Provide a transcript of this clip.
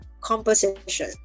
Composition